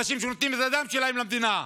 אנשים שנותנים את הדם שלהם למדינה,